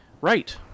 Right